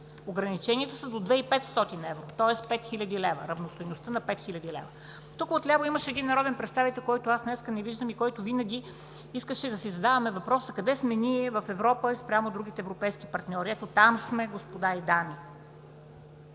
ограниченията са до 2500 евро, тоест 5000 лв., равностойността на 5000 лв. Тук отляво имаше един народен представител, който аз днес не виждам и който винаги искаше да си задаваме въпроса: „Къде сме ние в Европа и спрямо другите европейски партньори?“ Ето, там сме, господа и дами